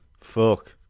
Fuck